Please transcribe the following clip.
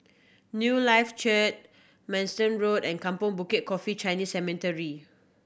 Newlife Church Manston Road and Kampong Bukit Coffee Chinese Cemetery